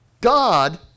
God